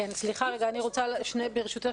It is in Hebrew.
ברשותך,